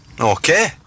Okay